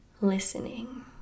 listening